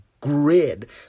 grid